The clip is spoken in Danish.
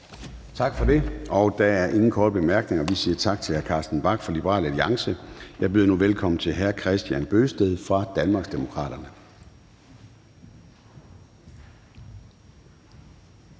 Tak for det. Der er ingen korte bemærkninger, og vi siger tak til hr. Carsten Bach fra Liberal Alliance. Jeg byder nu velkommen til hr. Kristian Bøgsted fra Danmarksdemokraterne.